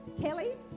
Kelly